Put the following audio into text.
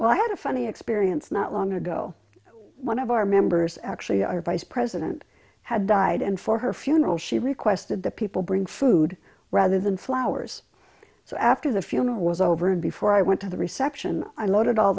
well i had a funny experience not long ago one of our members actually our vice president had died and for her funeral she requested that people bring food rather than flowers so after the funeral was over and before i went to the reception i loaded all